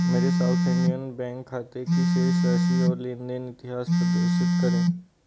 मेरे South Indian Bank खाते की शेष राशि और लेन देन इतिहास प्रदर्शित करें